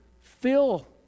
fill